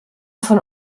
von